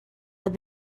had